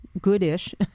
goodish